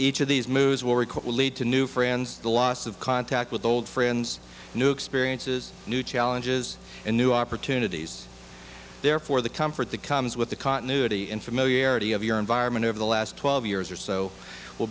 to new friends the loss of contact with old friends new experiences new challenges and new opportunities there for the comfort that comes with the continuity in familiarity of your environment over the last twelve years or so will